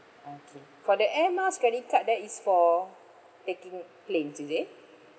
okay for the air miles credit card that is for taking planes is it